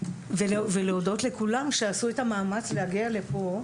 הזה ולהודות לכולם שעשו את המאמץ להגיע לפה,